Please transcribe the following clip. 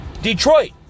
Detroit